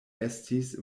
estis